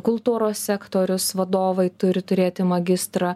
kultūros sektorius vadovai turi turėti magistrą